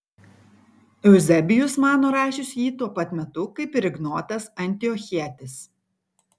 euzebijus mano rašius jį tuo pat metu kaip ir ignotas antiochietis